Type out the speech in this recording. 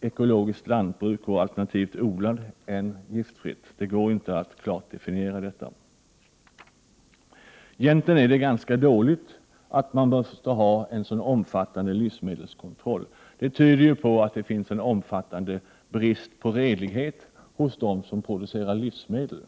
ekologiskt lantbruk och alternativt odlade produkter än om giftfri odling. Det går inte att klart definiera detta begrepp. Egentligen är det ganska dåligt att vi måste ha en så omfattande livsmedelskontroll. Det tyder ju på att det finns en omfattande brist på redlighet hos dem som producerar livsmedel.